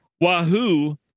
wahoo